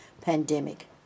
pandemic